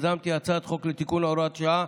יזמתי הצעת חוק לתיקון הוראת השעה,